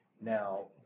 Now